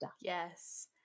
Yes